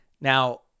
Now